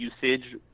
usage